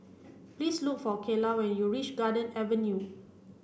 please look for Cayla when you reach Garden Avenue